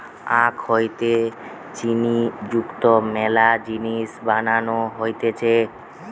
আখ হইতে চিনি যুক্ত মেলা জিনিস বানানো হতিছে